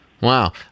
Wow